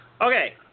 Okay